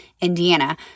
Indiana